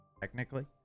Technically